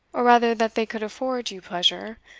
or rather that they could afford you pleasure,